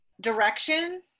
Direction